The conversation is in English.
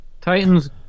Titans